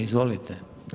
Izvolite.